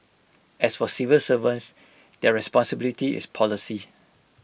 as for civil servants their responsibility is policy